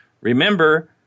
Remember